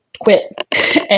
quit